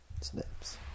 Snaps